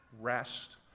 rest